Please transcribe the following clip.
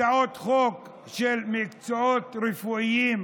הצעות חוק של מקצועות רפואיים,